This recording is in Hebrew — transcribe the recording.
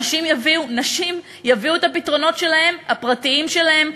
נשים יביאו את הפתרונות הפרטיים שלהן,